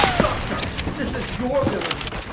doctor, this is your villany!